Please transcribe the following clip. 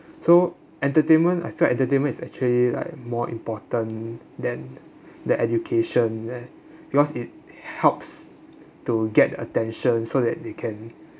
so entertainment I feel that entertainment is actually like more important than than education eh because it helps to get attention so that they can